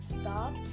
stop